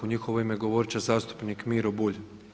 U njihovo ime govorit će zastupnik Miro Bulj.